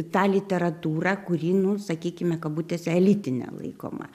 tą literatūrą kurį nu sakykime kabutėse elitine laikoma